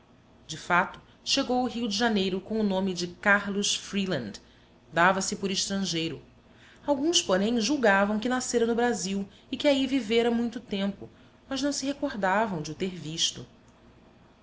de fato chegou ao rio de janeiro com o nome de carlos freeland dava-se por estrangeiro alguns porém julgavam que nascera no brasil e que aí vivera muito tempo mas não se recordavam de o ter visto